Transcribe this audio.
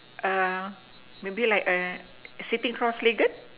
err maybe like a sitting cross legged